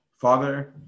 Father